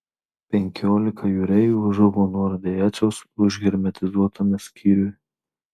penkiolika jūreivių žuvo nuo radiacijos užhermetizuotame skyriuje